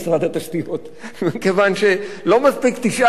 מכיוון שלא מספיק תשעה אנשים של משרד התשתיות,